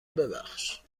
ببخش